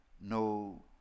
no